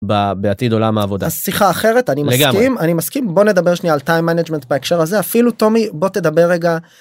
בעתיד עולם העבודה שיחה אחרת אני גם אני מסכים בוא נדבר שנייה על time management בהקשר הזה אפילו תומי בוא תדבר רגע.